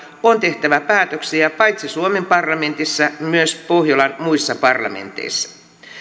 on tehtävä päätöksiä paitsi suomen parlamentissa myös pohjolan muissa parlamenteissa